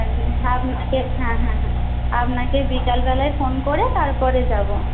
আপনাকে হ্যাঁ হ্যাঁ হ্যাঁ আপনাকে বিকালবেলায় ফোন করে তারপরে যাব